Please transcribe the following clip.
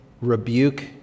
rebuke